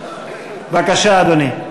אדוני,